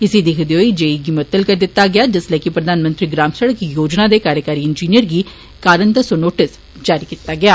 इसी दिक्खदे होई जे ई गी मुअतल करी दित्ता गेआ जिसलै कि प्रधानमंत्री ग्राम सड़क योजना दे कार्यकारी इंजिनियर गी कारण दस्सो नोटिस जारी कीता गेआ